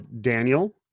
Daniel